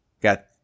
Got